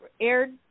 aired